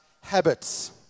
habits